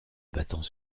battant